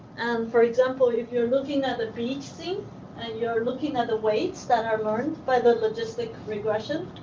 for example, if you're looking at the beach scene and you're looking at the weights that are learned by the logistic regression